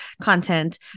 content